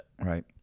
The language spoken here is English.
Right